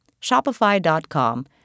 Shopify.com